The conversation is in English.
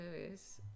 movies